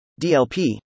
DLP